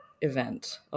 event